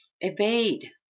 evade